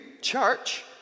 church